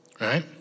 right